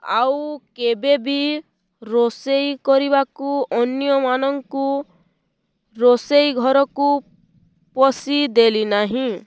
ଆଉ କେବେବି ରୋଷେଇ କରିବାକୁ ଅନ୍ୟମାନଙ୍କୁ ରୋଷେଇ ଘରକୁ ପଶେଇଦେଲି ନାହିଁ